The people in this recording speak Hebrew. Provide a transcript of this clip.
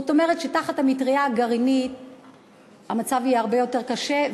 זאת אומרת שתחת המטרייה הגרעינית המצב יהיה הרבה יותר קשה,